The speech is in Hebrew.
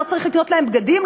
לא צריך לקנות להם בגדים?